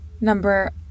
number